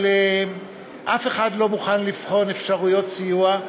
אבל אף אחד לא מוכן לבחון אפשרויות סיוע.